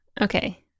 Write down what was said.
Okay